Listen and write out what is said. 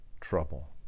trouble